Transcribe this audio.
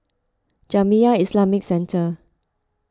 Jamiyah Islamic Centre